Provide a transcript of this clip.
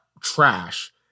trash